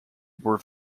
were